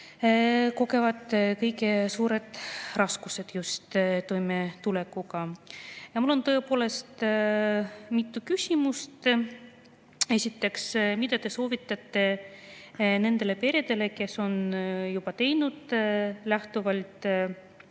kõige suuremaid raskusi just toimetulekuga seoses. Mul on tõepoolest mitu küsimust. Esiteks, mida te soovitate nendele peredele, kes on juba teinud lähtuvalt